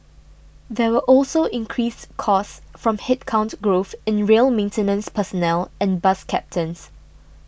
there were also increased costs from headcount growth in rail maintenance personnel and bus captains